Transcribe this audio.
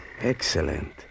Excellent